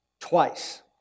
twice